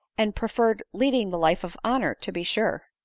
and pre ferred leading the life of honor, to be sure.